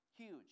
huge